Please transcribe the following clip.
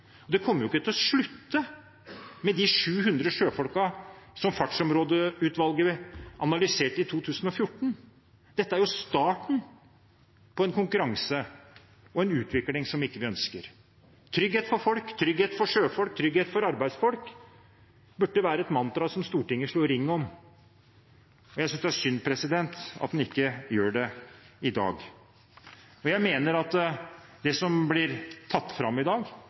Det kommer jo ikke til å slutte med de 700 sjøfolkene som fartsområdeutvalget analyserte i 2014. Dette er jo starten på en konkurranse og en utvikling som vi ikke ønsker. Trygghet for folk, trygghet for sjøfolk og trygghet for arbeidsfolk burde være et mantra som Stortinget slo ring om. Jeg synes det er synd at man ikke gjør det i dag. Jeg mener at det som blir tatt fram i dag,